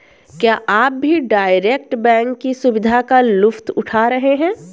क्या आप भी डायरेक्ट बैंक की सुविधा का लुफ्त उठा रहे हैं?